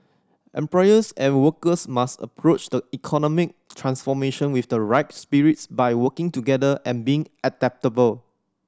employers and workers must approach the economic transformation with the right spirits by working together and being adaptable